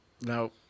No